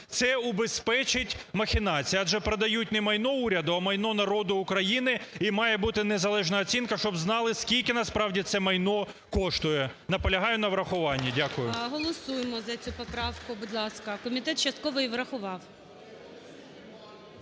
Це убезпечить махінації. Адже продають не майно уряду, а майно народу України, і має бути незалежна оцінка, щоб знали скільки насправді це майно коштує. Наполягаю на врахуванні. Дякую. ГОЛОВУЮЧИЙ. Голосуємо за цю поправку, будь ласка. Комітет частково її врахував.